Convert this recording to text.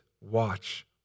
Watch